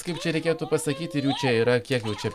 kaip čia reikėtų pasakyti ir jų čia yra kiek čia